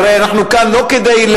הרי אנחנו כאן לא כדי,